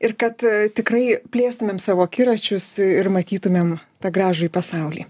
ir kad tikrai plėstumėm savo akiračius ir matytumėm tą gražųjį pasaulį